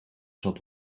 zat